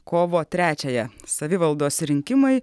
kovo trečiąją savivaldos rinkimai